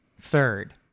third